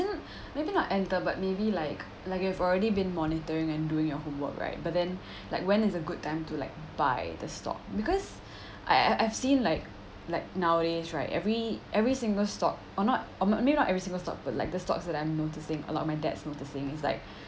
maybe not enter but maybe like like you have already been monitoring and doing your homework right but then like when is a good time to like buy the stock because I I've seen like like nowadays right every every single stock or not or maybe not every single stock but like the stocks that I'm noticing a lot my dad's noticing is like